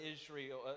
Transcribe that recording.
Israel